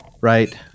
right